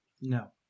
No